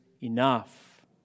enough